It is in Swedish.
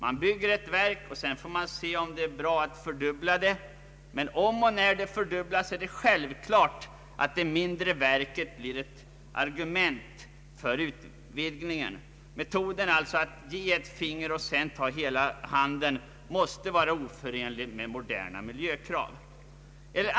Man bygger ett verk och får sedan se om det bör fördubblas, men om och när det fördubblas är det självklart att det mindre verket blir ett argument för utvidgningen. Metoden att ta eti finger och sedan hela handen måste vara oförenlig med moderna miljökrav.